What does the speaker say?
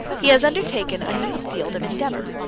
he has undertaken a new field of endeavor.